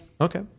Okay